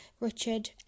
Richard